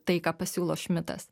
tai ką pasiūlo šmitas